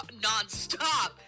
nonstop